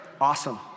awesome